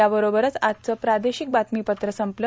याबरोबरच आजचं प्रादेशिक बातमीपत्र संपलं